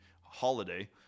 holiday